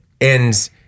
and-